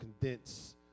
condense